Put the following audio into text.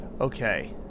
Okay